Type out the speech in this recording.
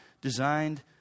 designed